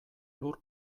lur